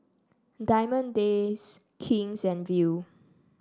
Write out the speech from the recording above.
Diamond Days King's and Viu